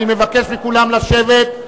אני מבקש מכולם לשבת,